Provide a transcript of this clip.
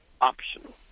optional